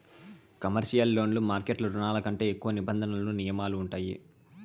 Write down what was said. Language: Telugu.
కమర్షియల్ లోన్లు మార్కెట్ రుణాల కంటే ఎక్కువ నిబంధనలు నియమాలు ఉంటాయి